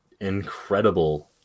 incredible